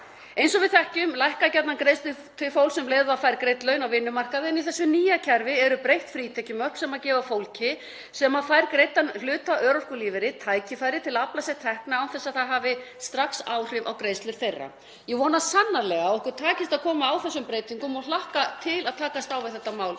Eins og við þekkjum lækka gjarnan greiðslur til fólks um leið og það fær greidd laun á vinnumarkaði en í þessu nýja kerfi eru breytt frítekjumörk sem gefa fólki sem fær greiddan hlut af örorkulífeyri tækifæri til að afla sér tekna án þess að það hafi strax áhrif á greiðslur þeirra. Ég vona sannarlega að okkur takist að koma á þessum breytingum og hlakka til að takast á við þetta mál